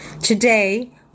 Today